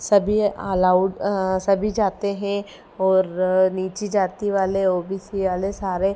सभी आलाउड सभी जाते हैं और नीची जाति वाले ओ बी सी वाले सारे